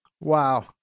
Wow